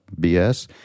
BS